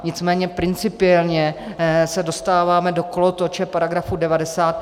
Nicméně principiálně se dostáváme do kolotoče § 90.